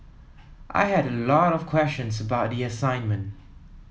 I had a lot of questions about the assignment